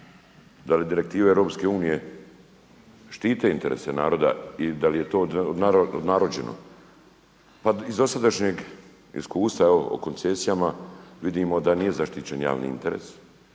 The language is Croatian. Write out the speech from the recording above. da li direktive Europske unije štite interese naroda i da li je to odnarođeno. Pa iz dosadašnjeg iskustva o koncesijama vidimo da nije zaštićen javni interes,